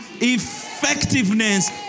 effectiveness